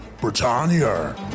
Britannia